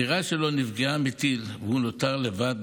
הדירה שלו נפגעה מטיל והוא נותר לבד,